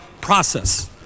process